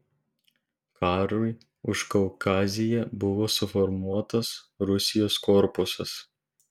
karui užkaukazėje buvo suformuotas rusijos korpusas